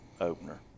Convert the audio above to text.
opener